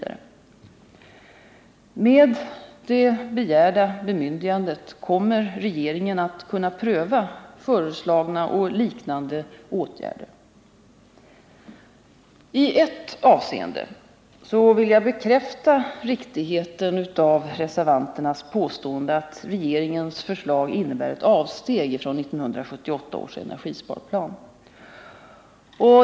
Med det begärda bemyndigandet kommer regeringen att kunna pröva föreslagna och liknande åtgärder. I ett avseende vill jag bekräfta riktigheten av reservanternas påstående att regeringens förslag inenbär ett avsteg från 1978 års energisparplan.